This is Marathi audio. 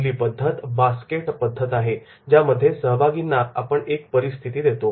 पहिली पद्धत बास्केट पद्धत आहे ज्यामध्ये सहभागींना आपण एक परिस्थिती देतो